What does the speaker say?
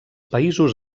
països